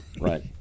right